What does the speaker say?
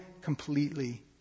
completely